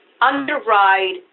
underwrite